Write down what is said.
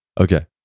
okay